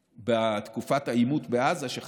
שבתקופת העימות בעזה, שחלף,